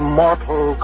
mortal